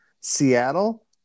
Seattle